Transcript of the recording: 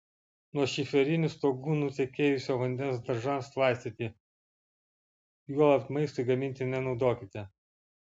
nuo šiferinių stogų nutekėjusio vandens daržams laistyti juolab maistui gaminti nenaudokite